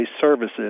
Services